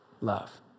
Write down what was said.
love